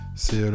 C'est «